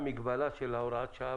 ידע את רמת הסיכון,